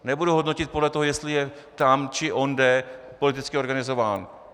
Nebudu ho hodnotit podle toho, jestli je tam, či onde politicky organizován.